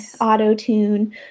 Auto-tune